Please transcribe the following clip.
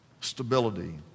stability